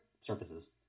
surfaces